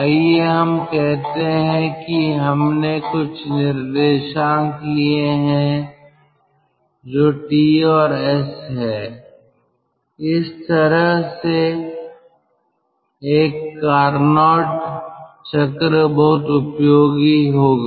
आइए हम कहते हैं कि हमने कुछ निर्देशांक लिए हैं जो T और S हैं इस तरह से एक कारनोट चक्र बहुत उपयोगी होगी